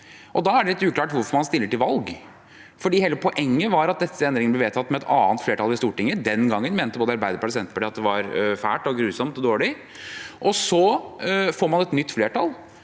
da er det litt uklart hvorfor man stiller til valg, for hele poenget var at disse endringene ble vedtatt med et annet flertall i Stortinget. Den gangen mente både Arbeiderpartiet og Senterpartiet at det var fælt, grusomt og dårlig, og så får man et nytt flertall.